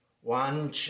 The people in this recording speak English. one